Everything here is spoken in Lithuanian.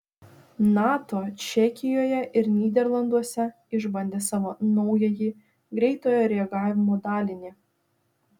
nato čekijoje ir nyderlanduose išbandė savo naująjį greitojo reagavimo dalinį